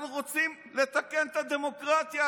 אנחנו רוצים לתקן את הדמוקרטיה,